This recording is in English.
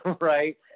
right